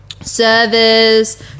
servers